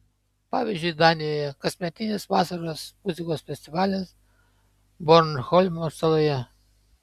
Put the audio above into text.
pavyzdžiui danijoje kasmetis vasaros muzikos festivalis bornholmo saloje